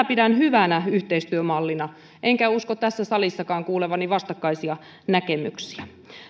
pidän hyvänä yhteistyömallina enkä usko tässä salissakaan kuulevani vastakkaisia näkemyksiä